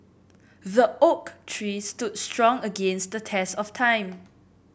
the oak tree stood strong against the test of time